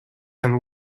and